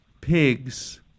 pigs